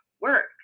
work